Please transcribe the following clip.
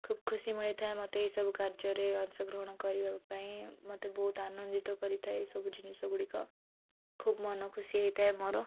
ଖୁବ ଖୁସି ମିଳିଥାଏ ମୋତେ ଏସବୁ କାର୍ଯ୍ୟରେ ଅଂଶଗ୍ରହଣ କରିବା ପାଇଁ ମୋତେ ବହୁତ ଆନନ୍ଦିତ କରିଥାଏ ଏଇସବୁ ଜିନିଷ ଗୁଡ଼ିକ ଖୁବ ମନ ଖୁସି ହେଇଥାଏ ମୋର